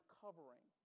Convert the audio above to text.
covering